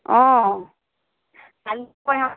অঁ